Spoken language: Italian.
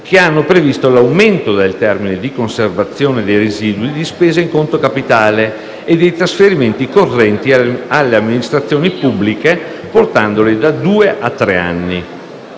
che hanno previsto l'aumento del termine di conservazione dei residui di spese in conto capitale e dei trasferimenti correnti alle amministrazioni pubbliche, portandoli da due a tre anni.